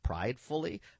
pridefully